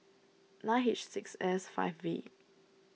nine H six S five V